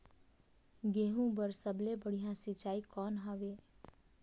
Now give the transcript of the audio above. गहूं बर सबले बढ़िया सिंचाई कौन हवय?